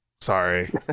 Sorry